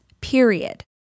period